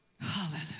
Hallelujah